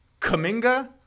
Kaminga